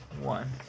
One